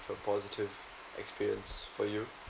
for positive experience for you